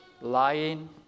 lying